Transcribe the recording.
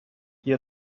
ihr